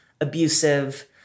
abusive